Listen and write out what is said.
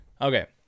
okay